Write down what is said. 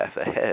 ahead